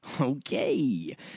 Okay